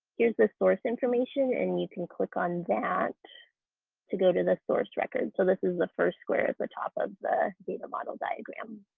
here's the source information and you can click on that to go to the source record. so this is the first square at the top of the data model diagram